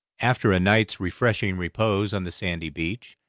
after a night's refreshing repose on the sandy beach,